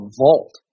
vault